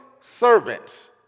servants